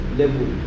level